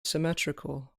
symmetrical